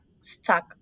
stuck